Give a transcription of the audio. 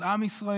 של עם ישראל: